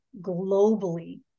globally